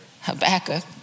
Habakkuk